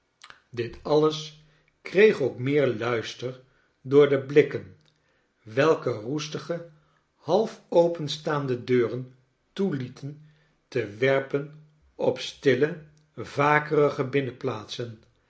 dit alles kreeg ook meer luister door de blikken welke roestige half openstaande deuren toelieten te werpenop stille vakerige